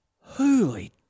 holy